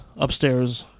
upstairs